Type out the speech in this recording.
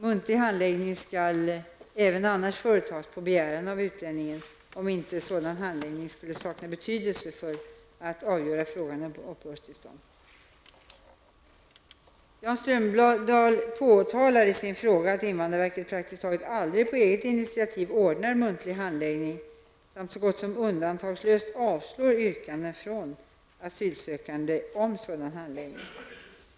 Muntlig handläggning skall även annars företas på begäran av utlänningen, om inte sådan handläggning skulle sakna betydelse för att avgöra frågan om uppehållstillstånd. Jan Strömdahl påtalar i sin fråga att invandrarverket praktiskt taget aldrig på eget initiativ ordnar muntlig handläggning samt så gott som undantagslöst avslår yrkanden från asylsökande om sådan handläggning.